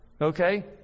okay